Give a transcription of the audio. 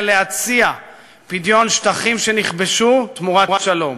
להציע פדיון שטחים שנכבשו תמורת שלום.